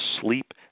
sleep